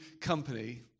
company